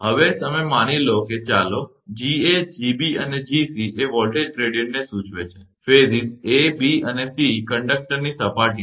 હવે તમે માની લો કે ચાલો 𝐺𝑎 𝐺𝑏 અને 𝐺𝑐 એ વોલ્ટેજ ગ્રેડીયંટ ને સૂચવે છે ફેઝીસ a b અને c કંડક્ટરની સપાટી પર